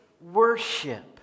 worship